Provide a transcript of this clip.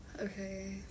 Okay